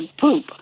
poop